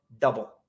double